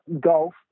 golf